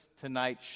tonight